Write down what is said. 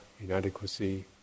inadequacy